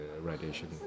radiation